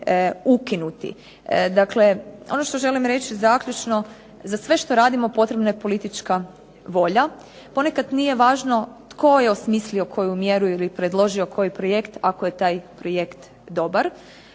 ukinuti. Dakle, ono što želim reći zaključno, za sve što radimo potrebna je politička volja. Ponekad nije važno tko je osmislio koju mjeru ili predložio koji projekt ako je taj projekt dobar.